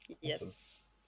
yes